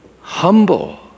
humble